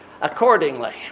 accordingly